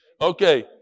Okay